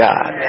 God